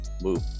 move